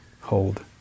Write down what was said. hold